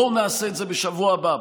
בואו נעשה את זה בשבוע הבא,